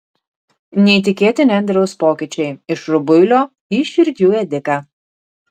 neįtikėtini andriaus pokyčiai iš rubuilio į širdžių ėdiką